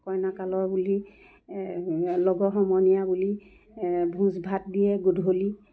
কইনাকালৰ বুলি লগৰ সমনীয়া বুলি ভোজ ভাত দিয়ে গধূলি